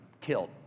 killed